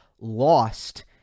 lost